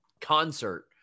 concert